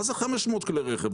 מה זה 500 כלי רכב?